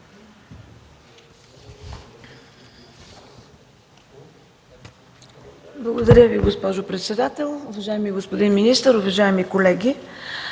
Благодаря Ви, госпожо председател. Уважаеми господин министър, уважаеми колеги!